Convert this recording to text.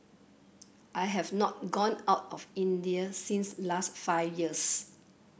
I have not gone out of India since last five years